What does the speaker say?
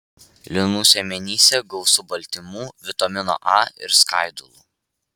linų sėmenyse gausu baltymų vitamino a ir skaidulų